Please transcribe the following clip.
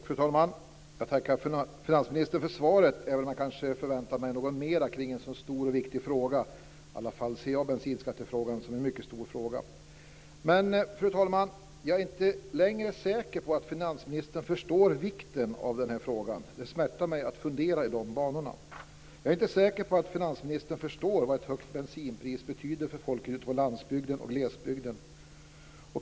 Fru talman! Jag tackar finansministern för svaret, även om jag kanske förväntade mig något mer kring en så stor och viktig fråga, i alla fall ser jag bensinskattefrågan som en mycket stor fråga. Men, fru talman, jag är inte längre säker på att finansministern förstår vikten av den här frågan. Det smärtar mig att fundera i de banorna. Jag är inte säker på att finansministern förstår vad ett högt bensinpris betyder för folk ute på landsbygden och i glesbygden.